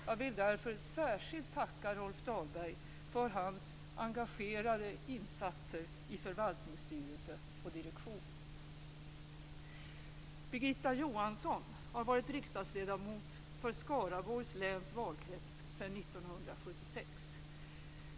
Jag vill därför särskilt tacka Rolf Dahlberg för hans engagerade insatser i förvaltningsstyrelse och direktion. Skaraborgs läns valkrets sedan 1976.